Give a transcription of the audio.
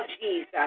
Jesus